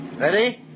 Ready